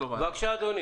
כול,